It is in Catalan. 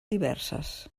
diverses